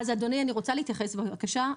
אדוני, אני רוצה להתייחס בבקשה.